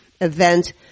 event